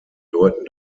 deuten